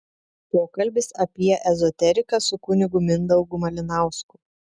pokalbis apie ezoteriką su kunigu mindaugu malinausku